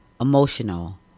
Emotional